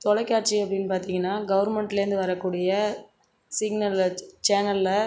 தொலைக்காட்சி அப்படினு பார்த்தீங்கனா கவர்மெண்ட்லேருந்து வரக்கூடியே சிக்னல் வச் சேனலில்